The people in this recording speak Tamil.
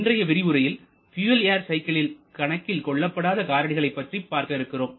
இன்றைய விரிவுரையில் பியூயல் ஏர் சைக்கிளில் கணக்கில் கொள்ளப்படாத காரணிகளைப் பற்றியும் பார்க்க இருக்கிறோம்